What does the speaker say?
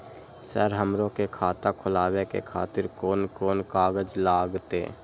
Sir हमरो के खाता खोलावे के खातिर कोन कोन कागज लागते?